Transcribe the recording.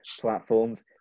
platforms